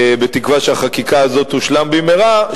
בתקווה שהחקיקה הזאת תושלם במהרה,